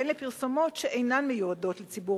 והן לפרסומות שאינן מיועדות לציבור